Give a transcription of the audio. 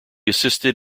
assisted